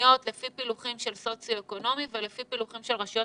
המקומיות לפי פילוחים של סוציו אקונומי ולפי פילוחים של רשויות